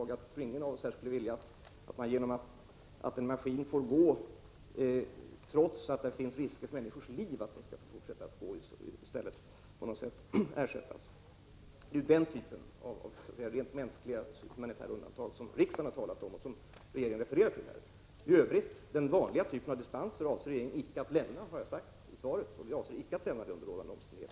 Jag tror inte att någon av oss här skulle vilja att man utsätter människor för risker till deras liv genom att låta maskiner fortsätta att gå utan att ersättningsåtgärder sätts in. Det är alltså denna typ av humanitära undantag som regeringen har åsyftat och som regeringen har refererat till. Regeringen avser icke under några omständigheter att lämna dispenser i övriga typer av fall, så som jag har framhållit i svaret.